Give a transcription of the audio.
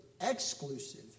exclusive